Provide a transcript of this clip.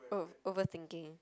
ov~ overthinking